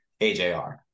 AJR